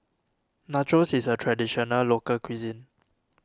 Nachos is a Traditional Local Cuisine